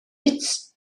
bits